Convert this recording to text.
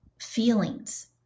feelings